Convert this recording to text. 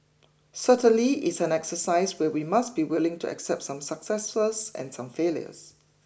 certainly it's an exercise where we must be willing to accept some successes and some failures